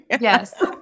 Yes